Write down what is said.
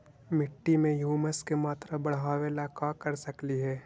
मिट्टी में ह्यूमस के मात्रा बढ़ावे ला का कर सकली हे?